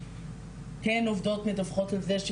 הן עובדות מדווחות על זה,